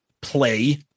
play